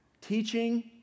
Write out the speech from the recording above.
teaching